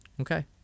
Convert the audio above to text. okay